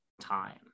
time